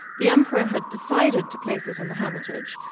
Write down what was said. the emperor had decided to place it in the hermitage,